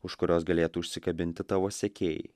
už kurios galėtų užsikabinti tavo sekėjai